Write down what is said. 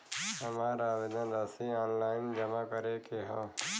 हमार आवेदन राशि ऑनलाइन जमा करे के हौ?